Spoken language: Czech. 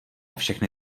všechny